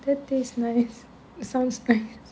that tastes nice it sounds great